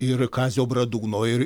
ir kazio bradūno ir